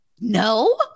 no